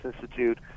Institute